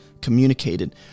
communicated